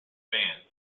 band